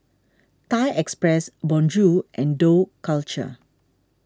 Thai Express Bonjour and Dough Culture